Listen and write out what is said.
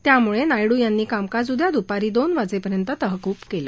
त्याम्ळे नायडू यांनी कामकाज उद्या द्पारी दोन वाजेपर्यंत तहकूब केलं